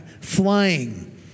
flying